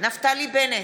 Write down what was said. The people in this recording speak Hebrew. נפתלי בנט,